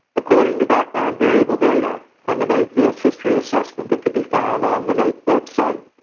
according to background variable data from the naep u s. history assessment that could be found on the naep website,